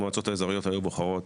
המועצות האזוריות היו בוחרות